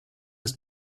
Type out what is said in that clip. ist